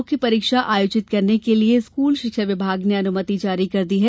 मुक्त परीक्षा आयोजित करने के लिये स्कूल शिक्षा विभाग ने अनुमति जारी कर दी है